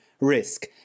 risk